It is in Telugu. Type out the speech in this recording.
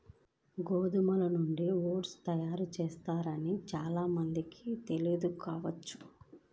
గోధుమల నుంచి ఓట్స్ తయారు చేస్తారని చాలా మందికి తెలియదు కావచ్చు